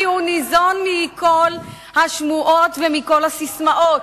כי הוא ניזון מכל השמועות ומכל הססמאות.